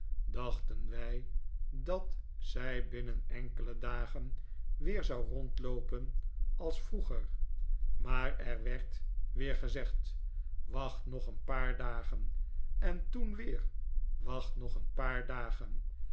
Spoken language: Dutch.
dachten wij dat zij binnen enkele dagen weer zou rondloopen als vroeger maar er werd weer gezegd wacht nog een paar dagen en toen weer wacht nog een paar dagen